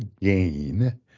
gain